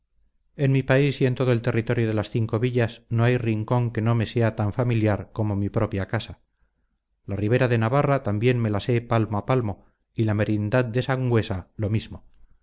en mi país y en todo el territorio de las cinco villas no hay rincón que no me sea tan familiar como mi propia casa la ribera de navarra también me la sé palmo a palmo y la merindad de sangüesa lo mismo